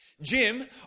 Jim